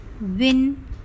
win